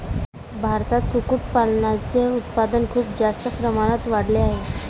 भारतात कुक्कुटपालनाचे उत्पादन खूप जास्त प्रमाणात वाढले आहे